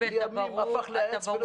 לימים הפך לעץ,